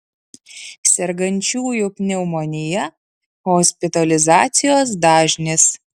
sergančiųjų pneumonija hospitalizacijos dažnis